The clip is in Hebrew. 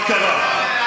נו, אז מה קרה?